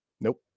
nope